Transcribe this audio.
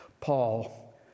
Paul